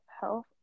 health